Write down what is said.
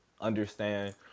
understand